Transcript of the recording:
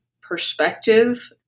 perspective